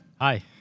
Hi